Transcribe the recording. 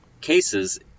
cases